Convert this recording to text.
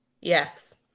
Yes